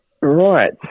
Right